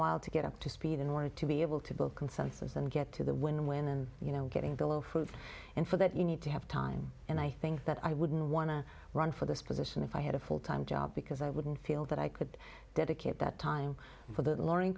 while to get up to speed in order to be able to build consensus and get to the wind when you know getting below food and for that you need to have time and i think that i wouldn't want to run for this position if i had a full time job because i wouldn't feel that i could dedicate that time for the learning